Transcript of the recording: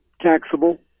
Taxable